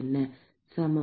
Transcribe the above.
x சமம் 0